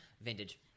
vintage